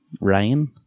Ryan